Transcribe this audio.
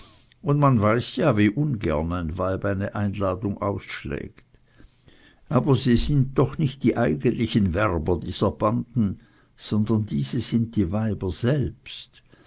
und man weiß ja wie ungern ein weib eine einladung ausschlägt aber sie sind doch nicht die eigentlichen werber dieser banden sondern diese sind die weiber selbst